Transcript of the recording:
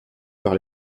par